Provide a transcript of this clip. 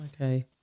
Okay